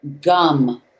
gum